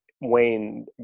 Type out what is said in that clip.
Wayne